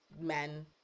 men